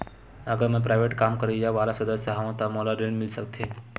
अगर मैं प्राइवेट काम करइया वाला सदस्य हावव का मोला ऋण मिल सकथे?